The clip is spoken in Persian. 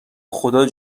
خدا